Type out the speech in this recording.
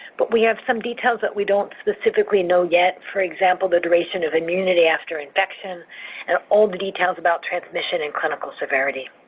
but we have some details that we don't specifically know yet. for example, the duration of immunity after infection and all the details about transmission and clinical severity.